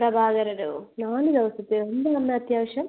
പ്രഭാകരനോ നാല് ദിവസത്തയോ എന്താണ് അമ്മ അത്യാവശ്യം